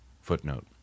Footnote